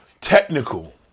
Technical